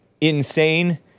insane